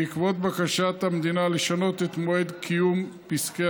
בעקבות בקשת המדינה לשנות את מועד קיום פסקי